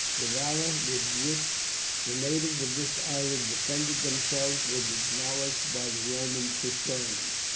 the valour with which the natives of this island defended themselves was acknowledged by the roman historians,